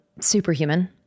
Superhuman